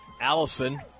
Allison